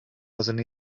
wyddwn